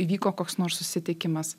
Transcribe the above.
įvyko koks nors susitikimas